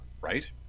right